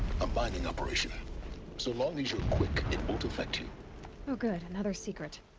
a mining operation so long as you're quick, it won't affect you oh good, another secret.